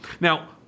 Now